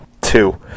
two